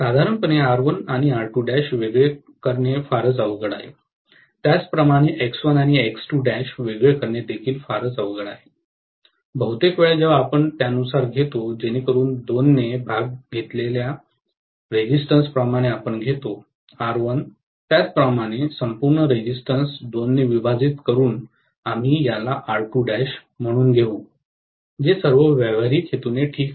साधारणपणे R1 आणि R 2 वेगळे करणे फारच अवघड आहे त्याचप्रमाणे X1 आणि X2 वेगळे करणे देखील फारच अवघड आहे बहुतेक वेळा जेव्हा आपण त्यानुसार घेतो जेणेकरून 2 ने भाग घेतलेल्या रेजिस्टन्स प्रमाणे आपण घेतो R1 त्याच प्रमाणे संपूर्ण रेजिस्टन्सं 2 ने विभाजित करून आम्ही याला R 2 म्हणून घेऊ जे सर्व व्यावहारिक हेतूने ठीक आहे